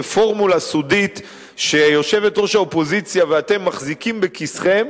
פורמולה סודית שיושבת-ראש האופוזיציה ואתם מחזיקים בכיסכם,